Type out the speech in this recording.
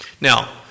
Now